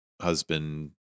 husband